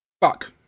Fuck